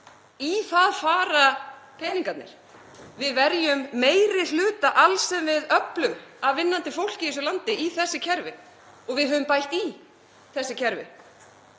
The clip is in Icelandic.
í það fara peningarnir. Við verjum meiri hluta alls sem við öflum af vinnandi fólki í þessu landi í þessi kerfi og við höfum bætt í þau þannig